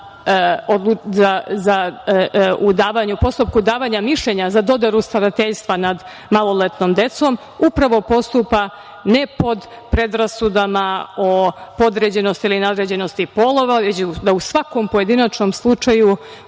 u postupku davanja mišljenja za dodelu starateljstva nad maloletnom decom, upravo postupa, ne pod predrasudama o podređenosti ili nadređenosti polova, već da u svakom pojedinačnom slučaju